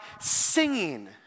singing